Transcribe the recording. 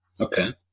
Okay